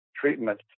treatment